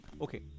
Okay